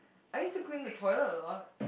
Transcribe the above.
I used to clean the toilet a lot